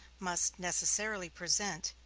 must necessarily present,